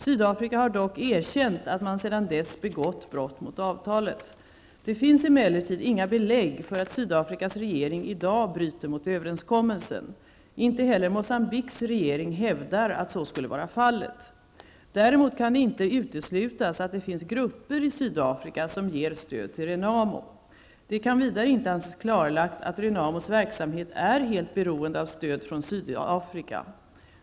Sydafrika har dock erkänt att man sedan dess begått brott mot avtalet. Det finns emellertid inga belägg för att Sydafrikas regering i dag bryter mot överenskommelsen. Inte heller Moçambiques regering hävdar att så skulle vara fallet. Däremot kan det inte uteslutas att det finns grupper i Sydafrika som ger stöd till Renamo. Det kan vidare inte anses klarlagt att Renamos verksamhet är helt beroende av stöd från Sydafrika.